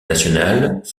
nationales